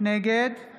נגד מוסי רז, נגד